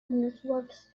networks